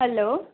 hello